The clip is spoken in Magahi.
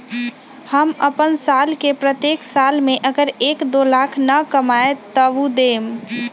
हम अपन साल के प्रत्येक साल मे अगर एक, दो लाख न कमाये तवु देम?